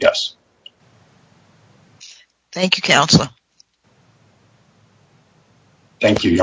yes thank you counsel thank you